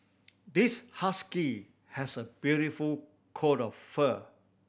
this husky has a beautiful coat of fur